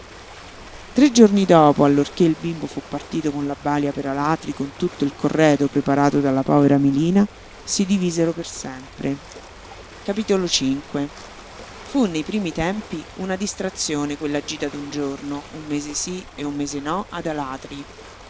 tre giorni dopo allorché il bimbo fu partito con la balia per alatri con tutto il corredo preparato dalla povera melina si divisero per sempre fu nei primi tempi una distrazione quella gita d'un giorno un mese sí e un mese no ad alatri